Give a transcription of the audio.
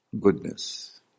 goodness